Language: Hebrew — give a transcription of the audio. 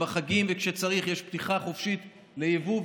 ובחגים וכשצריך יש פתיחה חופשית ליבוא,